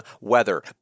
weather